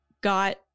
got